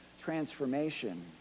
transformation